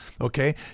Okay